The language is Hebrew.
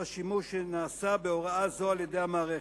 השימוש שנעשה בהוראה זאת על-ידי המערכת.